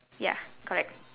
ya correct